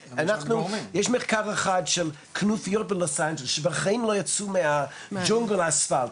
יש מחקר אחד של כנופיות בלוס אנג'לס שבחיים לא יצאו מהג'ונגל האספלט,